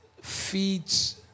feeds